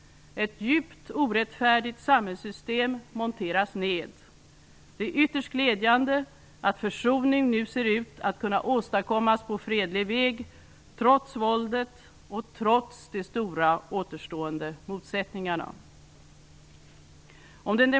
Ett djupt orättfärdigt samhällssystem monteras ned. Det är ytterst glädjande att försoning nu ser ut att kunna åstadkommas på fredlig väg, trots våldet och trots de stora återstående motsättningarna.